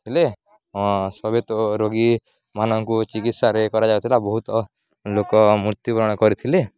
ଥିଲେ ସବେ ତ ରୋଗୀମାନଙ୍କୁ ଚିକିତ୍ସାରେ କରାଯାଉଥିଲା ବହୁତ ଲୋକ ମୃତ୍ୟୁବରଣ କରିଥିଲେ